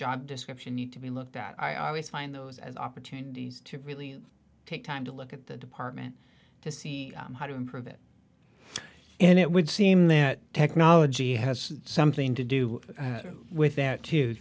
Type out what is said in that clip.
job description need to be looked at i always find those opportunities to really take time to look at the department to see how to improve it and it would seem that technology has something to do with that to